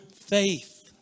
faith